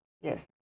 Yes